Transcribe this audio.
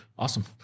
Awesome